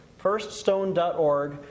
Firststone.org